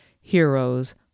heroes